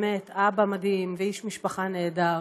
אבא מדהים ואיש משפחה נהדר.